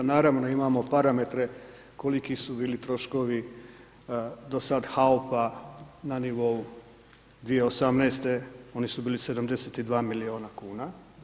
Naravno da imamo parametre koliki su bili troškovi, do sada HAUP-a na nivou 2018.l oni su bili 72 milijuna kn.